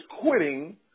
quitting